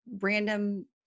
random